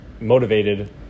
motivated